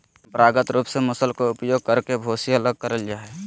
परंपरागत रूप से मूसल के उपयोग करके भूसी अलग करल जा हई,